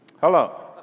Hello